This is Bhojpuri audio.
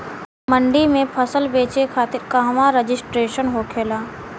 मंडी में फसल बेचे खातिर कहवा रजिस्ट्रेशन होखेला?